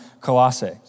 Colossae